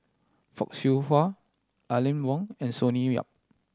Fock Siew Wah Aline Wong and Sonny Yap